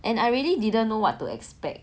and I really didn't know what to expect